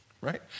Right